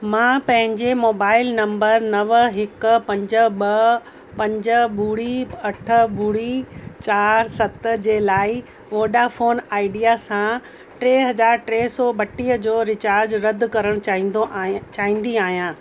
मां पंहिंजे mobile number नव हिकु पंज ॿ पंज ॿुड़ी अठ ॿुड़ी चारि सत जे लाइ वोडाफोन आईडिया सां टे हज़ार टे सौ ॿटीअ जो रिचार्ज रदि करणु चाहींदो आहियां चाहींदी आहियां